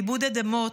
לעיבוד אדמות,